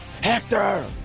Hector